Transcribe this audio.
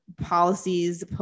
policies